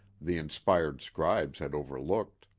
the inspired scribes had overlooked.